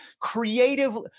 creatively